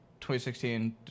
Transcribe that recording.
2016